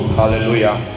hallelujah